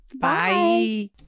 Bye